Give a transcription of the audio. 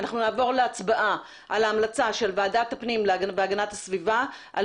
נעבור להצבעה על ההמלצה של ועדת הפנים והגנת הסביבה על